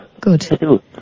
Good